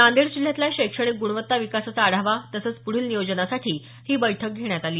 नांदेड जिल्ह्यातल्या शैक्षणिक ग्णवत्ता विकासाचा आढावा तसंच प्रढील नियोजनासाठी ही बैठक घेण्यात आली